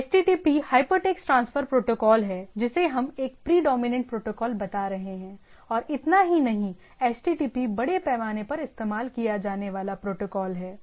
एक HTTP hypertext transfer protocol है जिसे हम एक प्रीडोमिनेंट प्रोटोकॉल बता रहे हैं और इतना ही नहीं एचटीटीपी बड़े पैमाने पर इस्तेमाल किया जाने वाला प्रोटोकॉल है